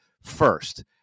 first